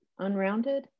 unrounded